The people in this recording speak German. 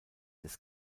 des